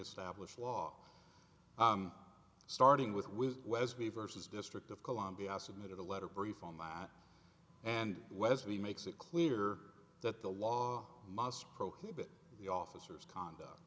established law starting with with wesley versus district of columbia i submitted a letter brief online and wesley makes it clear that the law must prohibit the officers conduct